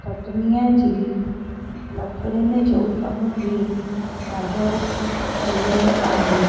कटनीअ जी लकिड़िन जो कम बि ॾाढो फ़ैलियल आहे